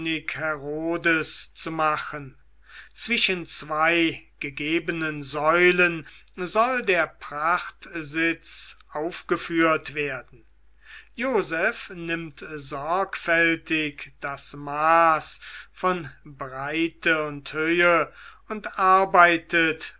herodes zu machen zwischen zwei gegebenen säulen soll der prachtsitz aufgeführt werden joseph nimmt sorgfältig das maß von breite und höhe und arbeitet